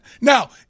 Now